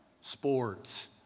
Sports